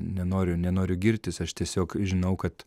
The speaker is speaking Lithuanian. nenoriu nenoriu girtis aš tiesiog žinau kad